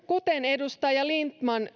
kuten edustaja lindtman